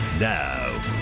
Now